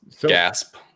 gasp